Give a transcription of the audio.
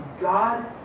God